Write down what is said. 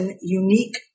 unique